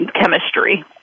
chemistry